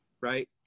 right